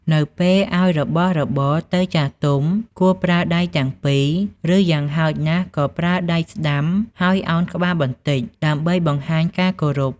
នៅពេលឲ្យរបស់របរទៅចាស់ទុំ គួរប្រើ ដៃទាំងពីរ ឬយ៉ាងហោចណាស់ក៏ប្រើ ដៃស្តាំ ហើយ ឱនក្បាលបន្តិច ដើម្បីបង្ហាញការគោរព។